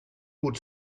would